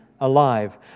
alive